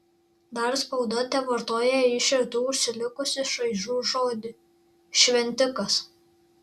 dar spauda tevartoja iš rytų užsilikusį šaižų žodį šventikas